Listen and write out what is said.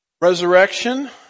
Resurrection